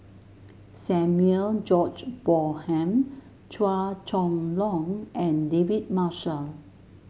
Samuel George Bonham Chua Chong Long and David Marshall